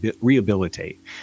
rehabilitate